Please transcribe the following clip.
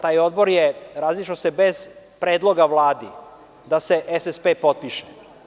Taj odbor se razišao bez predloga Vladi da se SSP potpiše.